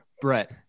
Brett